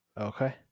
Okay